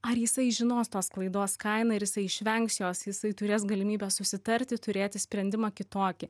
ar jisai žinos tos klaidos kainą ir jisai išvengs jos jisai turės galimybę susitarti turėti sprendimą kitokį